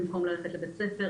במקום ללכת לבית ספר,